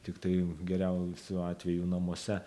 tiktai geriausiu atveju namuose